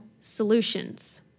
solutions